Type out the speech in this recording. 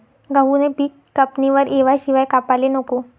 गहूनं पिक कापणीवर येवाशिवाय कापाले नको